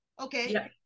okay